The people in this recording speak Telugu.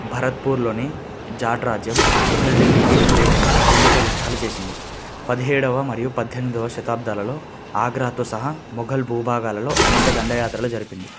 భరత్పూర్లోని జాట్ రాజ్యం మొఘల్ ఢిల్లీకి వ్యతిరేకంగా అనేక యుద్ధాలు చేసింది పదిహేడోవ మరియు పద్దెనిమిదొవ శతాబ్దాలలో ఆగ్రాతో సహా మొఘల్ భూభాగాలలో అనేక దండయాత్రలు జరిపింది